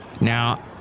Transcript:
now